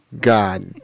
God